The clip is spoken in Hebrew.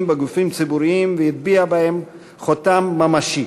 בגופים ציבוריים והטביעה בהם חותם ממשי.